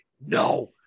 no